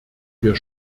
wir